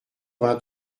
vingt